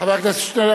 חבר הכנסת שנלר,